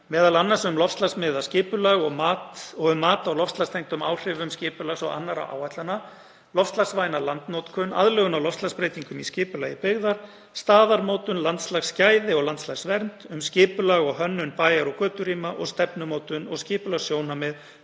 m.a. um loftslagsmiðað skipulag og um mat á loftslagstengdum áhrifum skipulags og annarra áætlana, loftslagsvæna landnotkun, aðlögun að loftslagsbreytingum í skipulagi byggðar, staðarmótun, landslagsgæði og landslagsvernd, um skipulag og hönnun bæjar- og göturýma og stefnumótun og skipulagssjónarmið